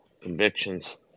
convictions